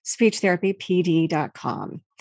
SpeechTherapyPD.com